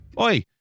Oi